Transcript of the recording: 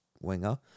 winger